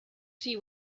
see